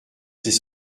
c’est